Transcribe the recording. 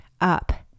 up